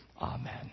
Amen